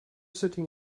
sitting